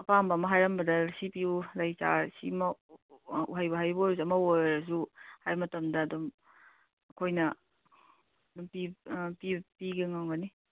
ꯑꯄꯥꯝꯕ ꯑꯃ ꯍꯥꯏꯔꯝꯕꯗ ꯁꯤ ꯄꯤꯌꯨ ꯂꯩ ꯆꯥꯔꯥ ꯁꯤꯃ ꯎꯍꯩ ꯋꯥꯍꯩꯕꯨ ꯑꯣꯏꯔꯁꯨ ꯑꯃꯕꯨ ꯑꯣꯏꯔꯁꯨ ꯍꯥꯏ ꯃꯇꯝꯗ ꯑꯗꯨꯝ ꯑꯩꯈꯣꯏꯅ ꯑꯗꯨꯝ ꯄꯤꯒꯦ ꯉꯝꯒꯅꯤ